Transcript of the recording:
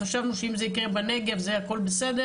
חשבנו שאם זה יקרה בנגב אז הכול בסדר,